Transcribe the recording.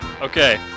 Okay